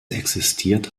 existiert